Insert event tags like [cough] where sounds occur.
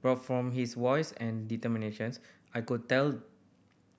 but from his voice and [unintelligible] I could tell